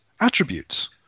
attributes